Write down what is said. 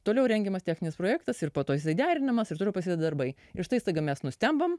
toliau rengiamas techninis projektas ir po to jisai derinimas ir toliau prasideda darbai ir štai staiga mes nustembame